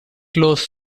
close